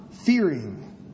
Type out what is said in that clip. Fearing